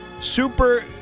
super